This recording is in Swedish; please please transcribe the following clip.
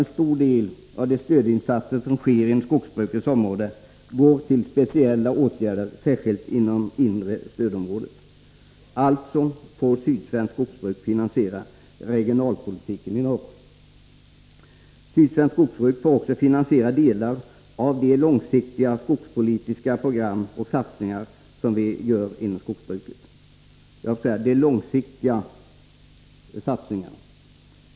En stor del av de stödinsatser som sker inom skogsbrukets område går till speciella åtgärder, särskilt inom inre stödområdet. Sydsvenskt skogsbruk får alltså finansiera regionalpolitiken i norr. Sydsvenskt skogsbruk får också finansiera delar av det långsiktiga skogspolitiska programmet och de långsiktiga satsningar som vi gör inom skogsbruket.